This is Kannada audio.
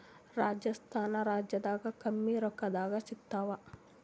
ರಾಜಸ್ಥಾನ ರಾಜ್ಯದಾಗ ಕಮ್ಮಿ ರೊಕ್ಕದಾಗ ಸಿಗತ್ತಾವಾ?